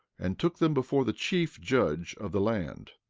and took them before the chief judge of the land.